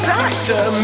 Doctor